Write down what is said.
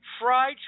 fried